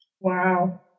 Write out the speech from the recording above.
wow